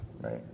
Right